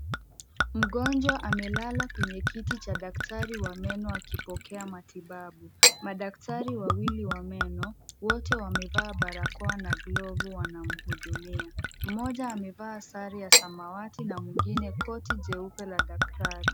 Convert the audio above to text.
Mgonjwa amelala kwenye kiti cha daktari wa meno akipokea matibabu, madaktari wawili wa meno wote wamevaa barakoa na glovu wanamhudumia, mmoja amevaa sare ya samawati na mwingine koti jeupe la daktari.